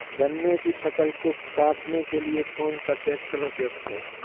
गन्ने की फसल को काटने के लिए कौन सा ट्रैक्टर उपयुक्त है?